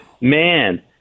man